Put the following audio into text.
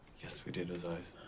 yes, we did, ozias.